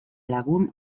lagun